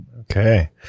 Okay